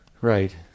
right